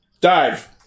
dive